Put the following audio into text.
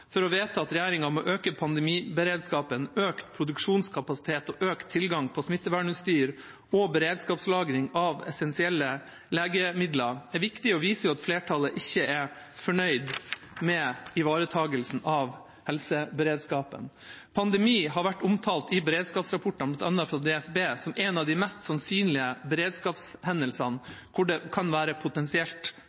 for å vedta at regjeringa må øke pandemiberedskapen, økt produksjonskapasitet og økt tilgang på smittevernutstyr og beredskapslagring av essensielle legemidler, er viktig og viser at flertallet ikke er fornøyd med ivaretakelsen av helseberedskapen. Pandemi har vært omtalt i beredskapsrapportene fra bl.a. DSB som en av de mest sannsynlige beredskapshendelsene der det kan være potensielt